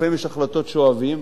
לפעמים יש החלטות שאוהבים,